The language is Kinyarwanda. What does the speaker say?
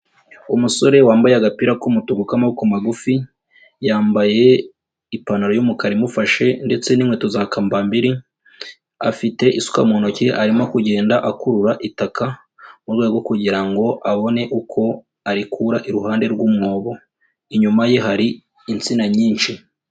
Umusore wambaye agapira k'umutuku k'amaboko magufi yambaye ipantaro y'umukara imufashe ndetse n'inkweto za kambambiri, afite isuka mu ntoki arimo kugenda akurura itaka mu rwego rwo kugira ngo abone uko arikura iruhande rw'umwobo, inyuma ye hari insina nyinshi.